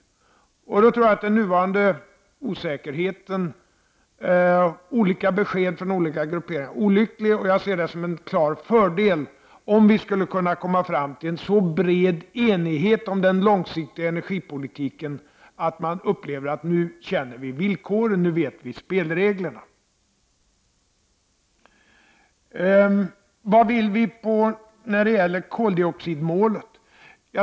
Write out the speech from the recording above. Då tror jag att den nuvarande osäkerheten, olika besked från olika grupperingar, är olycklig. Jag ser det som en klar fördel om vi skulle kunna komma fram till en så bred enighet om den långsiktiga energipolitiken att alla upplevde att nu känner vi villkoren, nu vet vi spelreglerna. Vad vill vi när det gäller koldioxidmålet?